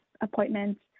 appointments